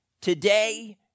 today